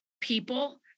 people